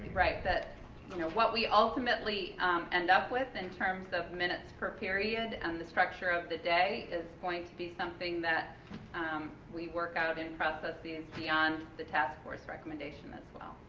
right, but you know what we ultimately end up with in terms of minutes per period and the structure of the day is going to be something that um we workout and process these beyond the tasks force recommendation as well.